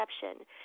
perception